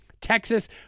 Texas